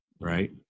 right